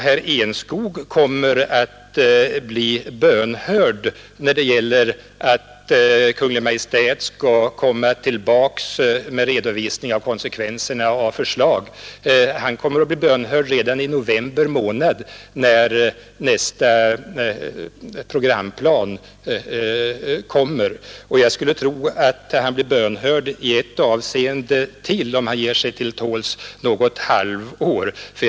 Herr Enskog kommer att bli bönhörd när det gäller att Kungl. Maj:t skall komma tillbaka med redovisning av konsekvenserna av förslagen. Han kommer att bli bönhörd redan i november månad, när nästa programplan kommer. Och jag skulle tro att han blir bönhörd i ett avseende till, om han ger sig till tåls ytterligare något halvår.